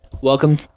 Welcome